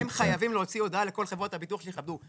הם חייבים להוציא הודעה לכל חברות הביטוח שיכבדו.